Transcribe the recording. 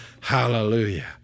hallelujah